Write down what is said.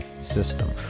system